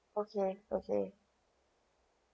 okay okay